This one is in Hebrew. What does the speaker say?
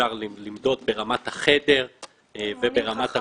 אפשר למדוד ברמת החדר וברמת הקומה.